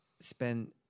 spend